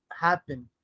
happen